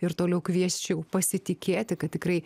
ir toliau kviesčiau pasitikėti kad tikrai